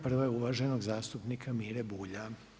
Prva je uvaženog zastupnika Mire Bulja.